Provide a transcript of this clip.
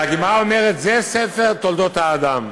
והגמרא אומרת: זה ספר תולדות האדם.